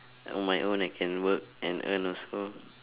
on my own I can work and earn also